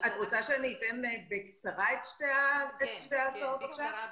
את רוצה שאני אתן בקצרה את שתי ההצעות עכשיו?